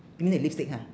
you mean the lipstick ha